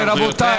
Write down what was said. רבותיי,